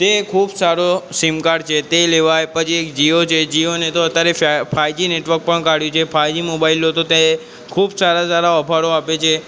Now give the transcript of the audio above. તે ખૂબ સારો સીમ કાર્ડ છે તે લેવાય પછી એક જીયો છે જીયોને તો અત્યારે ફા ફાયજી નેટવર્ક પણ કાઢ્યું છે ફાઇજી મોબાઇલ લો તો તે ખૂબ સારા સારા ઓફરો આપે છે